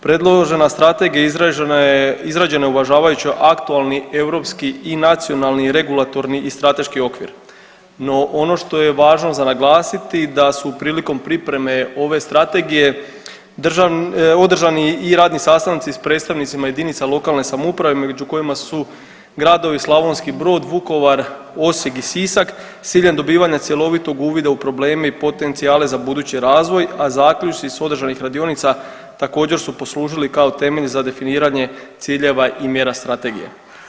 Predložena strategija izrađena je uvažavajući aktualni europski i nacionalni, regulatorni i strateški okvir. no ono što je važno za naglasiti da su prilikom pripreme ove strategije održani i radni sastanci s predstavnicima jedinica lokalne samouprave među kojima su gradovi Slavonski Brod, Vukovar, Osijek i Sisak s ciljem dobivanja cjelovitog uvida u probleme i potencijale za budući razvoj, a zaključci s održanih radionica također su poslužili kao temelj za definiranje ciljeva i mjera strategije.